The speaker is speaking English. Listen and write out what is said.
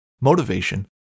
motivation